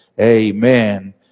amen